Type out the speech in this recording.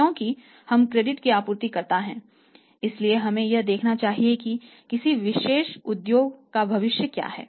क्योंकि हम क्रेडिट के आपूर्तिकर्ता हैं इसलिए हमें यह देखना चाहिए कि किसी विशेष उद्योग का भविष्य क्या है